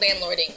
landlording